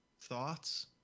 thoughts